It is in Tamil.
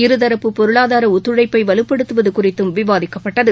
இருதரப்பு பொருளாதார ஒத்துழைப்பை வலுப்படுத்துவது குறித்தும் விவாதிக்கப்பட்டது